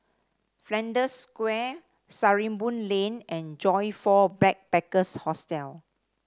Flanders Square Sarimbun Lane and Joyfor Backpackers' Hostel